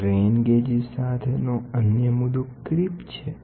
strain gauges સાથેનો અન્ય મુદ્દો ક્રીપ છે